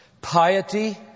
Piety